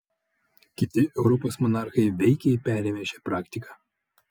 kiti europos monarchai veikiai perėmė šią praktiką